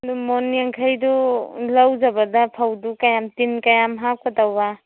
ꯑꯗꯨ ꯃꯣꯟ ꯌꯥꯡꯈꯩꯗꯨ ꯂꯧꯖꯕꯗ ꯐꯧꯗꯨ ꯀꯌꯥꯝ ꯇꯤꯟ ꯀꯌꯥꯝ ꯍꯥꯞꯀꯗꯧꯕ